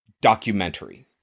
documentary